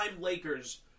Lakers